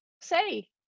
say